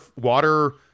water